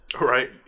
Right